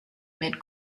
mid